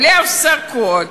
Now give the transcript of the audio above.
בלי הפסקות.